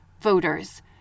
voters